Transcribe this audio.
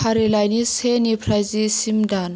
फारिलाइनि सेनिफ्राय जिसिम दान